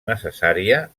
necessària